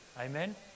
Amen